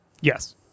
Yes